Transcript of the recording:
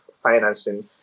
financing